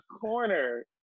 corner